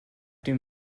dem